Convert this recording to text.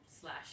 slash